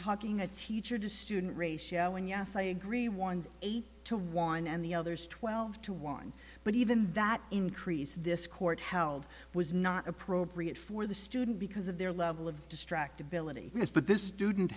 talking a teacher to student ratio and yes i agree ones eight to one and the others twelve to one but even that increase this court held was not appropriate for the student because of their level of distractibility but this student